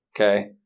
Okay